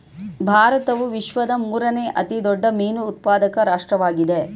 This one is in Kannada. ಭಾರತವು ವಿಶ್ವದ ಮೂರನೇ ಅತಿ ದೊಡ್ಡ ಮೀನು ಉತ್ಪಾದಕ ರಾಷ್ಟ್ರವಾಗಿದೆ